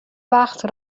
وقت